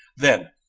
then,